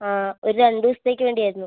ആ ഒരു രണ്ട് ദിവസത്തേക്ക് വേണ്ടിയായിരുന്നു